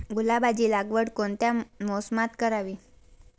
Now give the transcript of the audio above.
गुलाबाची लागवड कोणत्या मोसमात करावी?